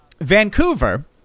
Vancouver